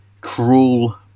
cruel